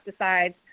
pesticides